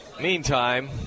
Meantime